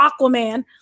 aquaman